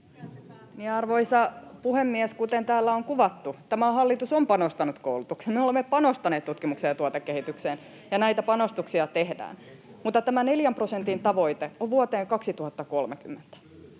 Arvoisa puhemies! Kuten täällä on kuvattu, tämä hallitus on panostanut koulutukseen. Me olemme panostaneet tutkimukseen ja tuotekehitykseen. Näitä panostuksia tehdään, mutta tämä 4 prosentin tavoite on vuoteen 2030.